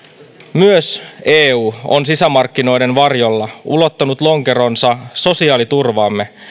myös eu on sisämarkkinoiden varjolla ulottanut lonkeronsa sosiaaliturvaamme